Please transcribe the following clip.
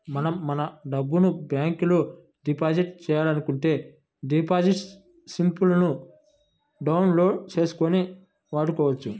మనం మన డబ్బును బ్యాంకులో డిపాజిట్ చేయాలనుకుంటే డిపాజిట్ స్లిపులను డౌన్ లోడ్ చేసుకొని వాడుకోవచ్చు